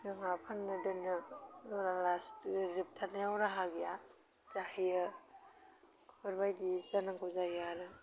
जोंहा फाननो दोननो लास्त जोबथारनायाव राहा गैया जाहैयो बेफोर बायदि जानांगौ जायो आरो